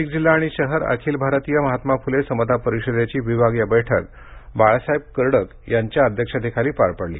नाशिक जिल्हा आणि शहर अखिल भारतीय महात्मा फुले समता परिषदेची विभागीय बैठक बाळासाहेब कर्डक यांच्या अध्यक्षतेखाली पार पडली